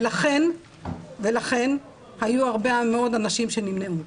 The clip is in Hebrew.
ולכן היו הרבה מאוד אנשים שנמנעו.